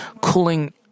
cooling